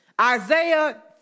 Isaiah